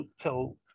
tell